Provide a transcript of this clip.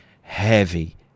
heavy